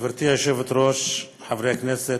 גברתי היושבת-ראש, חברי הכנסת,